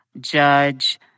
Judge